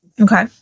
Okay